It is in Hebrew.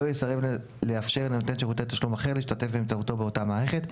לא יסרב לאפשר לנותן שירותי תשלום אחר להשתתף באמצעותו באותה מערכת,